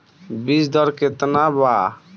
बीज दर केतना वा?